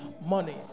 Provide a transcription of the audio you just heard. money